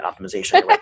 optimization